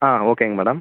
ஆ ஓகேங்க மேடம்